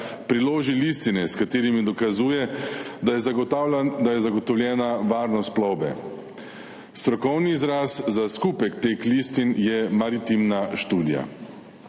priloži listine, s katerimi dokazuje, da je zagotovljena varnost plovbe. Strokovni izraz za skupek teh listin je Maritimna študija.